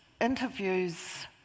interviews